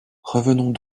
revenons